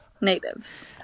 natives